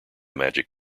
magic